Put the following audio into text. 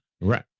Right